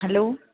hello